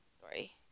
sorry